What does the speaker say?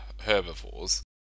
herbivores